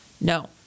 no